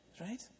Right